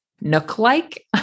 nook-like